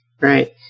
right